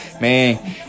Man